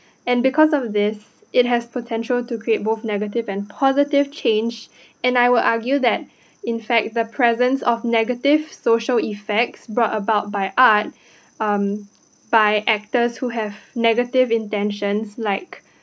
and because of this it has potential to create both negative and positive change and I will argue that in fact the presence of negative social effects brought about by art um by actors who have negative intentions like